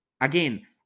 Again